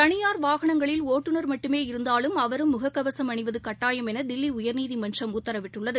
தளியார் வாகனங்களில் ஒட்டுநர் மட்டுமே இருந்தாலும் அவரும் முககவசம் அணிவதுகட்டாயம் எனதில்லிஉயர்நீதிமன்றம் உத்தரவிட்டுள்ளது